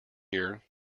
year